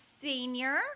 senior